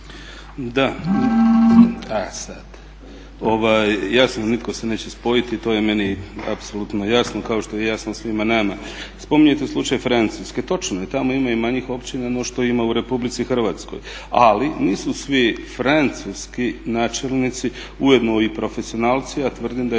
(ID - DI)** Jasno nitko se neće spojiti, to je meni apsolutno jasno kao što je jasno i svima nama. Spominjete slučaj Francuske. Točno je, tamo ima i manjih općina no što ima u Republici Hrvatskoj, ali nisu svi francuski načelnici ujedno i profesionalci, a tvrdim da je